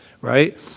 right